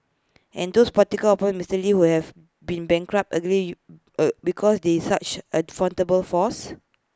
and those political opponents Mister lee who have been bankrupted allegedly because they such at formidable foes